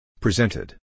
Presented